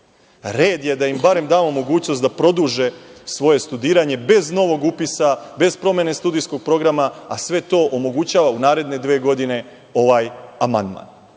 red je da im barem damo mogućnost da produže svoje studiranje bez novog upisa, bez promene studijskog programa, a sve to omogućava u naredne dve godine ovaj amandman. Mislim